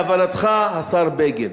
מהבנתך, השר בגין,